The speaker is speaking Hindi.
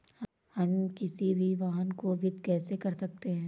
हम किसी भी वाहन को वित्त कैसे कर सकते हैं?